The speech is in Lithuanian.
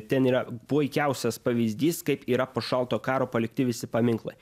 ten yra puikiausias pavyzdys kaip yra po šalto karo palikti visi paminklai